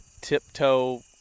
tiptoe